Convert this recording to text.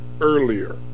earlier